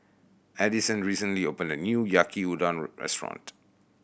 Adison recently opened a new Yaki Udon restaurant